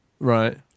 Right